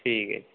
ठीक ऐ